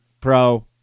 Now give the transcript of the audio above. pro